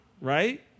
right